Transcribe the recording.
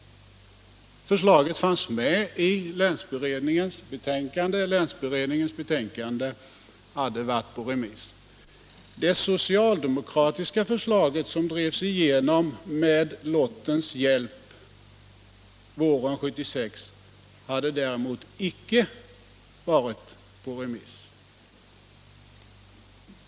Förslaget fanns med i länsberedningens betänkande, och det hade varit på remiss. Det socialdemokratiska förslag som drevs igenom med lottens hjälp våren 1976 hade däremot icke varit på remiss.